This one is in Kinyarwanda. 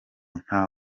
nta